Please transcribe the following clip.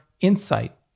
insight